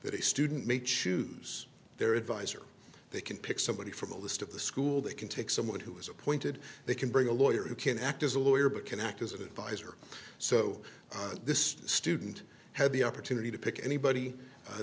a student may choose their advisor they can pick somebody from a list of the school they can take someone who is appointed they can bring a lawyer who can act as a lawyer but can act as an advisor so this student had the opportunity to pick anybody